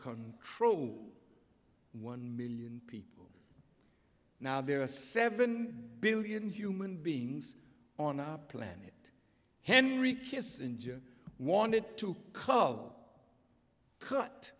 control one million people now there are seven billion human beings on our planet henry kissinger wanted to cull cut